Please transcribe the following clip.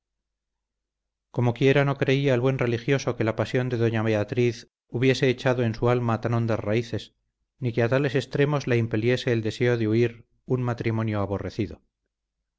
necesariamente comoquiera no creía el buen religioso que la pasión de doña beatriz hubiese echado en su alma tan hondas raíces ni que a tales extremos la impeliese el deseo de huir un matrimonio aborrecido